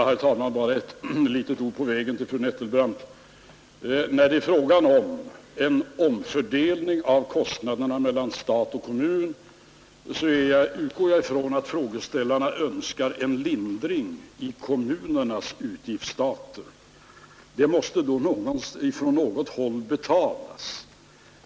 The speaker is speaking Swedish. Herr talman! Bara ett litet ord på vägen till fru Nettelbrandt. När det är fråga om en omfördelning av kostnaderna mellan stat och kommun, så utgår jag ifrån att frågeställarna önskar en lindring i kommunernas utgiftsstater. Den måste då från något håll betalas.